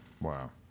Wow